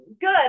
good